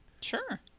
Sure